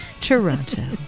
Toronto